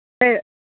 சே